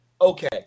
okay